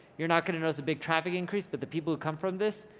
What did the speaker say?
you're not gonna notice a big traffic increase, but the people who come from this,